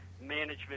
management